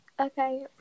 Okay